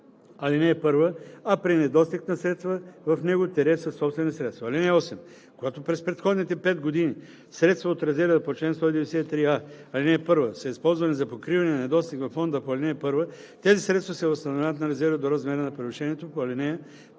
ал. 1, а при недостиг на средства в него – със собствени средства. (8) Когато през предходните 5 години средства от резерва по чл. 193а, ал. 1 са използвани за покриване на недостиг във фонда по ал. 1, тези средства се възстановяват на резерва до размера на превишението по ал.